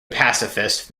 pacifist